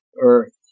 Earth